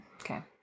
Okay